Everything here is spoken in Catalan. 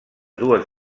dues